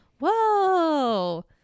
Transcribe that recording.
whoa